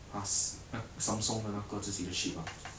!huh! 那 Samsung 的那个自己的 chip ah